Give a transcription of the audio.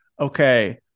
okay